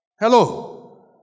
Hello